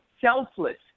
selfless